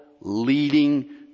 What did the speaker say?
leading